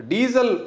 Diesel